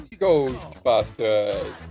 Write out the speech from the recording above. Ghostbusters